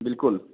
बिल्कुल